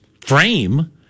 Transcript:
frame